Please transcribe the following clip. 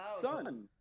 son